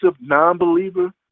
non-believer